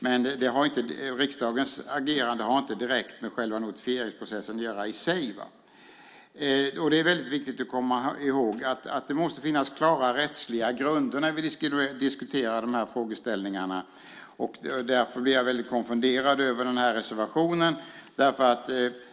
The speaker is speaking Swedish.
Men riksdagens agerande har inte direkt med själva notifieringsprocessen att göra i sig. Det är väldigt viktigt att komma ihåg att det måste finnas klara rättsliga grunder när vi diskuterar de här frågeställningarna. Därför blir jag väldigt konfunderad över reservationen.